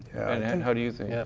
and how do you think?